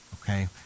Okay